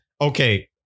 okay